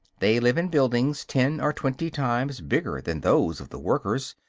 they live in buildings ten or twenty times bigger than those of the workers,